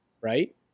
right